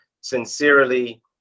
sincerely